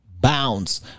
Bounce